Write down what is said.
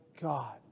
God